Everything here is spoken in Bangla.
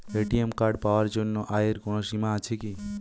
এ.টি.এম কার্ড পাওয়ার জন্য আয়ের কোনো সীমা আছে কি?